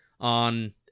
on